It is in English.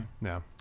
no